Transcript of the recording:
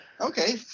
Okay